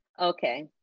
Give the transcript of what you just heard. Okay